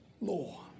law